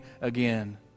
again